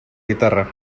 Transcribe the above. guitarra